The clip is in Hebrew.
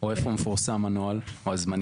איפה מפורסם הנוהל והזמנים?